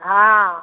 हाँ